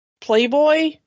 Playboy